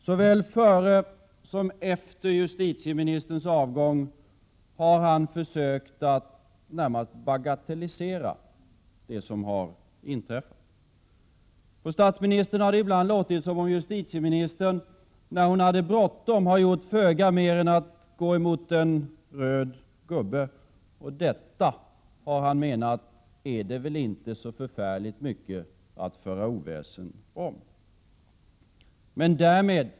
Såväl före som efter justitieministerns avgång har han närmast bagatelliserat det inträffade. På statsministern har det låtit som om justitieministern gjort föga mer än att på sin höjd gå mot röd gubbe när hon hade bråttom. Och detta, har han menat, är inte så förfärligt mycket att föra oväsen om.